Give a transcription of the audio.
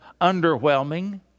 underwhelming